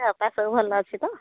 ଦେହ ପା ସବୁ ଭଲ ଅଛି ତ